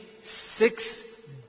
six